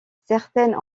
certaines